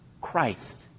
Christ